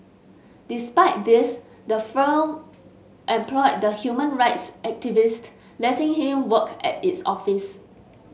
despite this the firm employed the human rights activist letting him work at its office